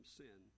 sin